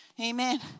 Amen